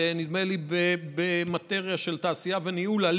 נדמה לי במטריה של תעשייה וניהול,